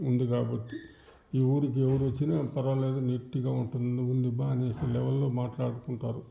ఉంది కాబట్టి ఈ ఊరికి ఎవరు వచ్చిన పర్వాలేదు నీట్గా ఉంటుంది ఉంది బాగా అనేసి లెవల్లో మాట్లాడుకుంటారు